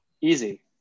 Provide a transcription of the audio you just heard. Easy